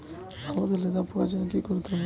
আলুতে লেদা পোকার জন্য কি করতে হবে?